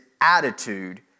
attitude